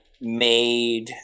made